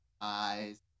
eyes